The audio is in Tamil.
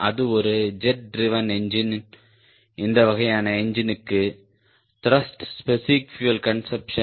அது ஒரு ஜெட் ட்ரிவேன் என்ஜின் இந்த வகையான என்ஜினுக்கு த்ருஷ்ட் ஸ்பெசிபிக் பியூயல் கன்சம்ப்ஷன்